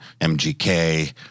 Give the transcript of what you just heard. MGK